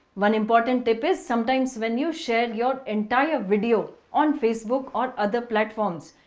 one important tip is sometimes when you share your entire video on facebook or other platforms,